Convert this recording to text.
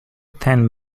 ten